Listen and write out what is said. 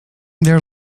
their